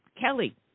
Kelly